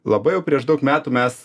labai jau prieš daug metų mes